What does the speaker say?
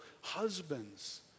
husbands